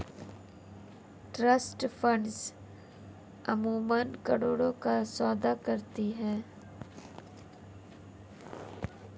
trust funds अमूमन करोड़ों का सौदा करती हैं